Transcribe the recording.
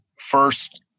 first